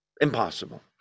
impossible